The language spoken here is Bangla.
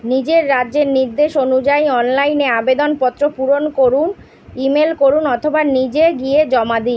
নিজের রাজ্যের নির্দেশ অনুযায়ী অনলাইনে আবেদনপত্র পূরণ করুন ইমেল করুন অথবা নিজে গিয়ে জমা দি